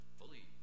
fully